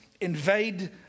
invade